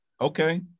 Okay